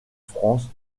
france